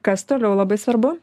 kas toliau labai svarbu